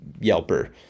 Yelper